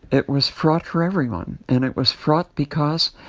it was fraught for everyone. and it was fraught because,